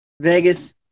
Vegas